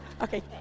Okay